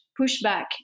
pushback